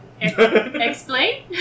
Explain